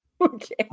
Okay